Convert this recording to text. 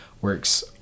works